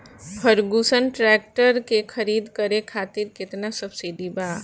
Ferguson tractor के खरीद करे खातिर केतना सब्सिडी बा?